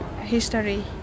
history